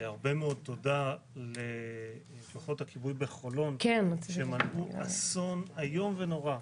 הרבה מאוד תודה לכוחות הכיבוי בחולון שמנעו אסון איום ונורא.